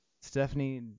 Stephanie